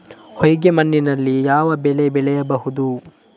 ಹೊಯ್ಗೆ ಮಣ್ಣಿನಲ್ಲಿ ಯಾವ ಬೆಳೆ ಬೆಳೆಯಬಹುದು?